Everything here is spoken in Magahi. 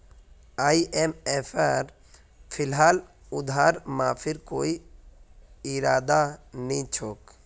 आईएमएफेर फिलहाल उधार माफीर कोई इरादा नी छोक